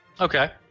Okay